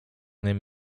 them